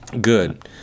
Good